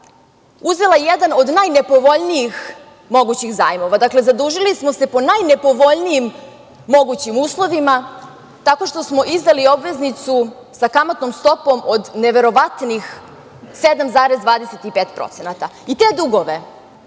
uzela jedan od najnepovoljnijih mogućih zajmova. Dakle, zadužili smo se pod najnepovoljnijim mogućim uslovima, tako što smo izdali obveznicu sa kamatnom stopom od neverovatnih 7,25%. I te dugove,